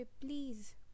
please